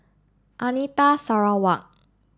Anita Sarawak